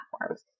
platforms